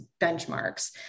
benchmarks